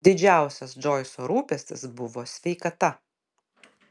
didžiausias džoiso rūpestis buvo sveikata